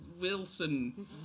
Wilson